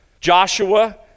Joshua